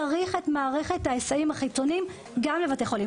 צריך את מערכת ההיסעים החיצונים גם לבתי החולים.